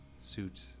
suit